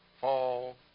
fall